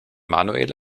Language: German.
manuel